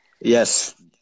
Yes